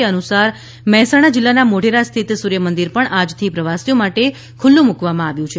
તે અનુસાર મહેસાણા જિલ્લાના મોઢેરા સ્થિત સૂર્યમંદિર પણ આજથી પ્રવાસીઓ માટે ખૂલ્લુ મૂકવામાં આવ્યું છે